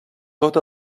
tot